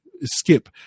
skip